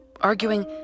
arguing